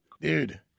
Dude